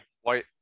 white